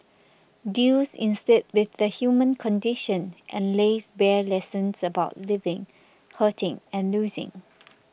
deals instead with the human condition and lays bare lessons about living hurting and losing